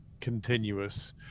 continuous